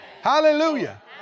Hallelujah